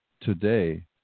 today